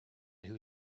who